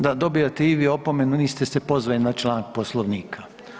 Da, dobijate i vi opomenu niste se pozvali na članak Poslovnika.